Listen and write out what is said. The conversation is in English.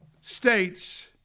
states